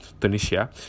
Tunisia